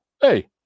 Hey